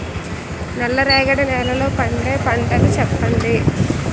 నల్ల రేగడి నెలలో పండే పంటలు చెప్పండి?